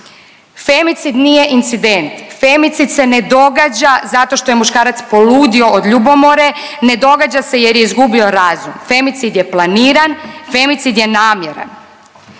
Femicid nije incident, femicid se ne događa zato što je muškarac poludio od ljubomore, ne događa se jer je izgubio razum. Femicid je planiran, femicid je namjeran.